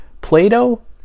Plato